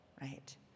Right